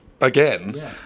Again